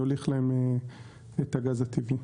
יוליך להם את הגז הטבעי.